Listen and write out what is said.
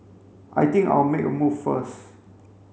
I think I'll make a move first